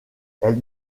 elle